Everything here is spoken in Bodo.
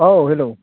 औ हेल'